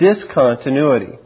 discontinuity